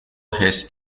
has